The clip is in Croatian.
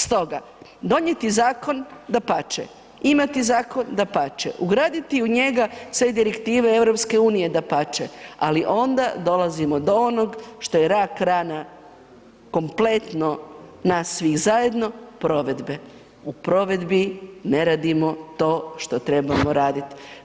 Stoga, donijeti zakon dapače, imati zakon dapače, ugraditi u njega sve direktive EU dapače, ali onda dolazimo do onog što je rak rana kompletno nas svih zajedno, provedbe, u provedbi ne radimo to što trebamo radit.